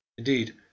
Indeed